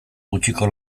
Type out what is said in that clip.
gutxiko